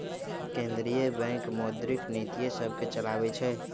केंद्रीय बैंक मौद्रिक नीतिय सभके चलाबइ छइ